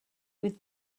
with